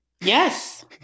Yes